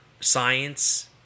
science